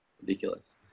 Ridiculous